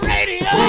Radio